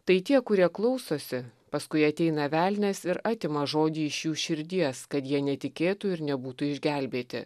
tai tie kurie klausosi paskui ateina velnias ir atima žodį iš jų širdies kad jie netikėtų ir nebūtų išgelbėti